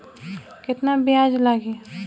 केतना ब्याज लागी?